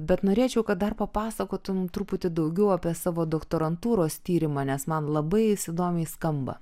bet norėčiau kad dar papasakotum truputį daugiau apie savo doktorantūros tyrimą nes man labai jis įdomiai skamba